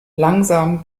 langsam